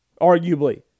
arguably